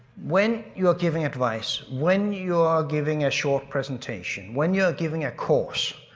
when you're giving advice, when you're giving a short presentation, when you're giving a course,